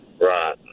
Right